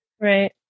Right